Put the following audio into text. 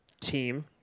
Team